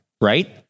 right